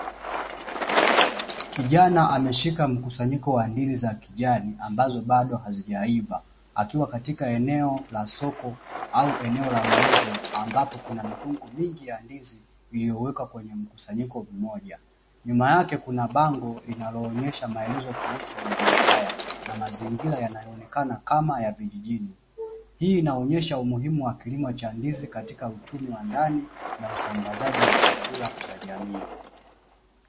Kijana ameshika mkusanyiko wa ndizi za kijani ambazo bado hajizaiva, akiwa katika eneo la soko au eneo la mauzo ambapo kuna mikungu mingi ya ndizi iliyowekwa kwenye mkusanyiko mmoja. Nyuma yake kuna bango linaloonyesha maelezo kuhusu mazao haya na mazingira yanayonekana kama ya vijijini. Hii inaonyesha umuhimu wa kilimo cha ndizi katika uchumi wa ndani na usambazaji wa chakula cha jamii.